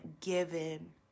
given